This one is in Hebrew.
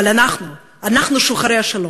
אבל אנחנו, אנחנו שוחרי השלום,